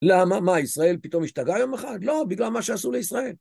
למה? מה, ישראל פתאום השתגעה יום אחד? לא, בגלל מה שעשו לישראל.